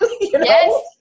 Yes